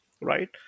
right